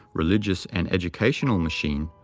religious, and educational machine,